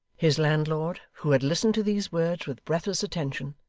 his landlord, who had listened to these words with breathless attention,